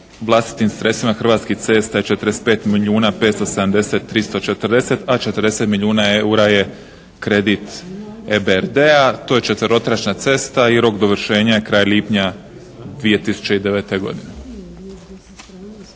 vlastitim sredstvima Hrvatskih cesta je 45 milijuna 570 340, a 40 milijuna eura je kredit EBRD-a. To je četverotračna cesta i rok dovršenja je kraj lipnja 2009. godine.